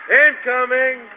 incoming